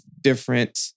different